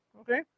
Okay